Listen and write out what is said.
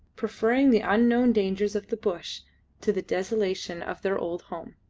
preferring the unknown dangers of the bush to the desolation of their old home.